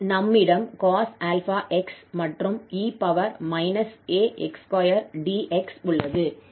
நம்மிடம் cos𝛼𝑥 மற்றும் e ax2𝑑𝑥 உள்ளது